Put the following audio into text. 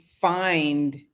find